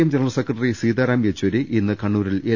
M general secretary Sitaram Yechury ഇന്ന് കണ്ണൂരിൽ L